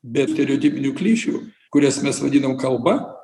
be stereotipinių klišių kurias mes vadinam kalba